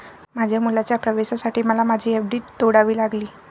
माझ्या मुलाच्या प्रवेशासाठी मला माझी एफ.डी तोडावी लागली